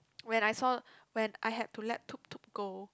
when I saw when I have to let Tutu go